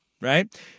right